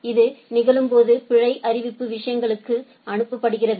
இது நிகழும்போது பிழை அறிவிப்பு விஷயங்களுக்கு அனுப்பப்படுகிறது